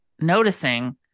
noticing